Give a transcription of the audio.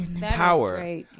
power